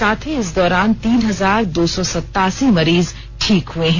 साथ ही इस दौरान तीन हजार दो सौ सतासी मरीज ठीक हुए है